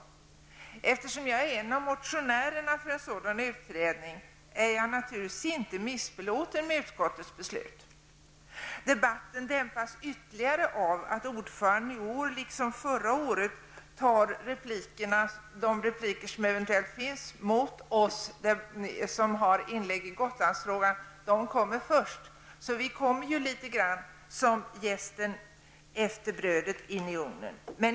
Eftersom jag är en av motionärerna för en sådan utredning är jag naturligtvis inte missbelåten med utskottets beslut. Debatten dämpas ytterligare av att ordföranden i år, liksom förra året, tar de repliker som eventuellt finns mot oss som har inlägg i Gotlandsfrågan först. Vi kommer ju litet grand som jästen efter brödet in i ugnen.